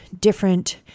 different